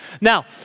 Now